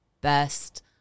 best